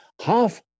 half